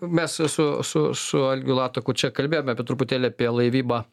mes su su su algiu lataku čia kalbėjom apie truputėlį apie laivybą